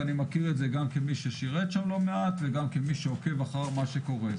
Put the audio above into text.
אני מכיר את זה גם כמי ששירת שם לא מעט וגם כמי שעוקב אחר מה שקורה.